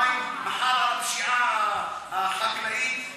היום היה על המים, מחר על הפשיעה החקלאית ויום,